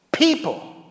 People